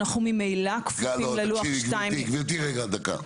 אנחנו ממילא כפופים ללוח 2. גברתי רגע דקה,